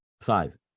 five